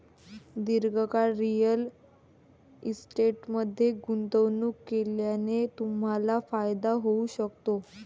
दीर्घकाळ रिअल इस्टेटमध्ये गुंतवणूक केल्याने तुम्हाला फायदा होऊ शकतो